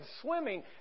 swimming